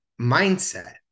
mindset